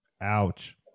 Ouch